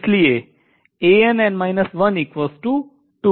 इसलिए है